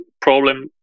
problem